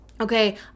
okay